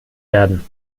werden